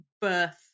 birth